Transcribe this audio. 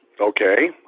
okay